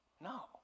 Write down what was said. no